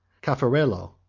cafarello,